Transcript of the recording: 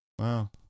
Wow